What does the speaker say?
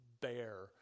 bear